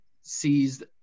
seized